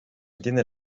entiende